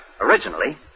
originally